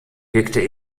wirkte